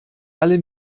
alle